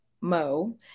Mo